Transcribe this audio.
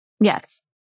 Yes